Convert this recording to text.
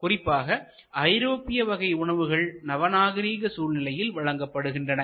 குறிப்பாக ஐரோப்பிய வகை உணவுகள் நவநாகரீக சூழ்நிலையில் வழங்கப்படுகின்றன